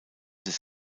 des